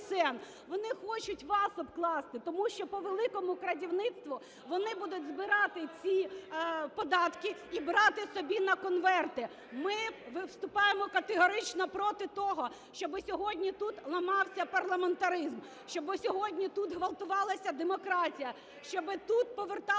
Вони хочуть вас обкласти, тому що по "великому крадівництву" вони будуть збирати ці податки і брати собі на конверти. Ми виступаємо категорично проти того, щоби сьогодні тут ламався парламентаризм, щоби сьогодні тут ґвалтувалася демократія, щоби тут поверталася країна